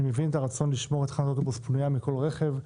אני מבין את הרצון לשמור את תחנת האוטובוס פנויה מכל רכב,